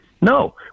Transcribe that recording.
No